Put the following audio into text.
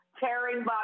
tearing